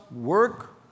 work